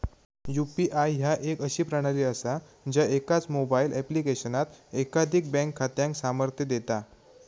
UPI ह्या एक अशी प्रणाली असा ज्या एकाच मोबाईल ऍप्लिकेशनात एकाधिक बँक खात्यांका सामर्थ्य देता